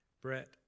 Brett